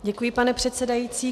Děkuji, pane předsedající.